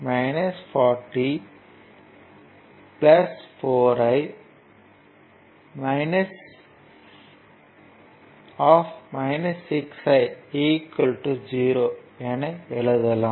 40 4 I 0 என எழுதலாம்